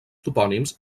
topònims